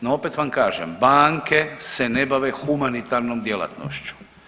No opet vam kažem banke se ne bave humanitarnom djelatnošću.